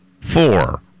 four